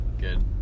good